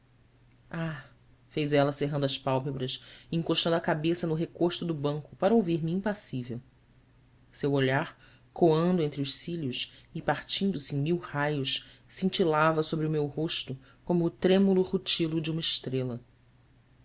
ah fez ela cerrando as pálpebras e encostando a cabeça no recosto do banco para ouvir-me impassível seu olhar coando entre os cílios e partindo se em mil raios cintilava sobre o meu rosto como o trêmulo rutilo de uma estrela